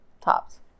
Tops